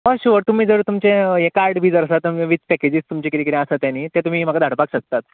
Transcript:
हय शुअर तुमी जर तुमचे हें कार्ड बीन आसा वीत पॅकेजीज जर तुमचे कितें आसा तें नी तें तुमी म्हाका धाडपाक शकतात